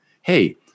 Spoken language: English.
hey